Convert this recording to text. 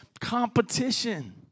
competition